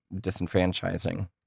disenfranchising